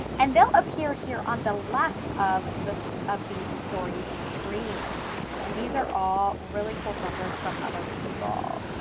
and they'll appear here on the left of the of the stories screen and these are all really cool filters from other people.